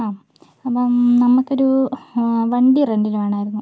ആ അപ്പം നമ്മക്കൊരു വണ്ടി റെന്റിന് വേണമായിരുന്നു